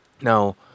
now